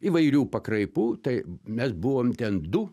įvairių pakraipų tai mes buvom ten du